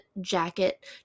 jacket